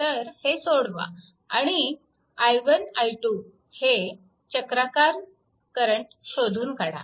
तर हे सोडवा आणि i1 i2 हे चक्राकार सायक्लिक cyclic करंट शोधून काढा